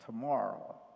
tomorrow